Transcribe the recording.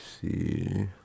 see